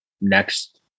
next